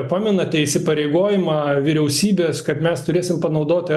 pamenate įsipareigojimą vyriausybės kad mes turėsim panaudoti